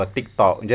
TikTok